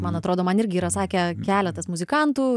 man atrodo man irgi yra sakę keletas muzikantų